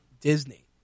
Disney